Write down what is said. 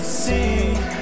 see